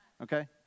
okay